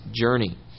journey